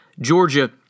Georgia